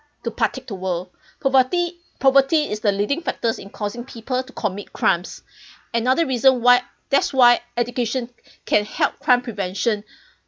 to pa~ to the world poverty poverty is the leading factors in causing people to commit crimes another reason why that's why education can help crime prevention